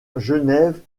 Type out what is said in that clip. genève